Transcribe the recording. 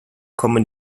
kommen